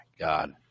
god